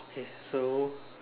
okay so